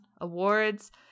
awards